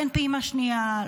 כן פעימה שנייה,